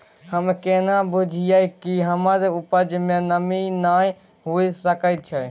हम केना बुझीये कि हमर उपज में नमी नय हुए सके छै?